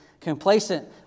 complacent